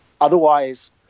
Otherwise